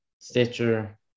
Stitcher